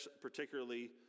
particularly